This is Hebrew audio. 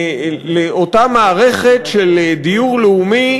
לאותה מערכת של דיור לאומי